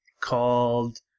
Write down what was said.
called